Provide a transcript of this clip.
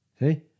See